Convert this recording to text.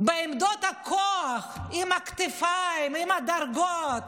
בעמדות הכוח, עם הכתפיים, עם הדרגות,